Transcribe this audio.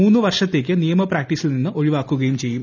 മൂന്നു വർഷത്തേക്ക് നിയമ പ്രാക്ടീസിൽ നിന്ന് ഒഴിവാക്കുകയും ചെയ്യും